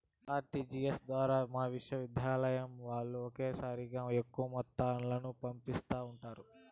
RTGS ద్వారా మా విశ్వవిద్యాలయం వాల్లు ఒకేసారిగా ఎక్కువ మొత్తాలను పంపిస్తా ఉండారు